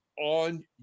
on